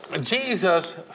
Jesus